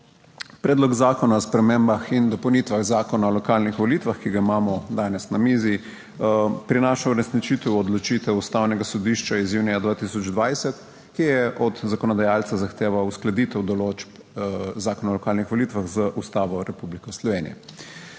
Predlog zakona o spremembah in dopolnitvah Zakona o lokalnih volitvah, ki ga imamo danes na mizi, prinaša uresničitev odločitev Ustavnega sodišča iz junija 2020, ki je od zakonodajalca zahteva uskladitev določb Zakona o lokalnih volitvah z Ustavo Republike Slovenije.